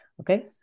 Okay